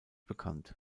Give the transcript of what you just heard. bekannt